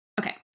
Okay